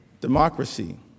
democracy